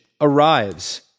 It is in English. arrives